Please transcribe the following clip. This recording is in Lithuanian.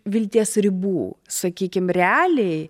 vilties ribų sakykim realiai